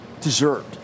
Deserved